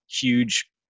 huge